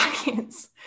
audience